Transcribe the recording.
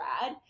rad